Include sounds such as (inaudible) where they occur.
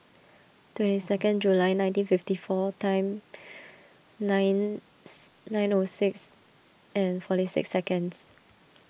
twenty second July nineteen fifty four time nine (unintelligible) nine O six and forty six seconds